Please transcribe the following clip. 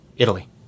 Italy